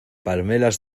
palmeras